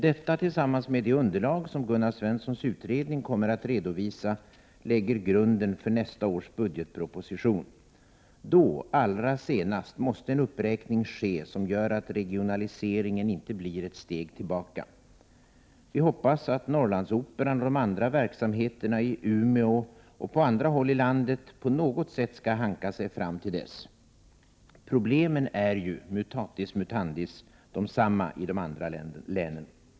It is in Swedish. Detta tillsammans med det underlag som Gunnar Svenssons utredning kommer att redovisa lägger grunden för nästa års budgetproposition. Då, allra senast, måste en uppräkning ske som gör att regionaliseringen inte blir ett steg tillbaka. Vi hoppas att Norrlandsoperan och de andra verksamheterna i Umeå och verksamheter på andra håll i landet på något sätt skall hanka sig fram till dess. Problemen är — mutatis mutandis — desamma i de andra länen.